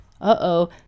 uh-oh